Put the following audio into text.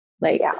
like-